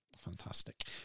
fantastic